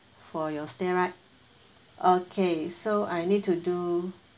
for your stay right okay so I need to do